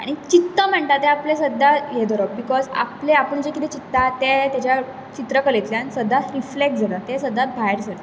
आनी चिंत्ता म्हणटा तें आपलें सदांच हें धरप बिकोज आपूण जें कितें चित्ता तें तेज्या चित्रकलेंतल्यान सदांच रिफ्लेक्ट जाता तें सदांच भायर सरता